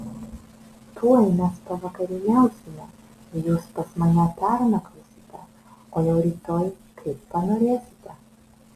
tuoj mes pavakarieniausime jūs pas mane pernakvosite o jau rytoj kaip panorėsite